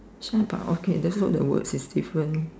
but okay this look the words is different